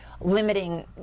limiting